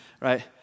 Right